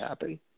happy